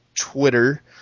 Twitter